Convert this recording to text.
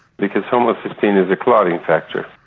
because homocysteine is a clotting factor,